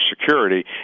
security